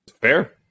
Fair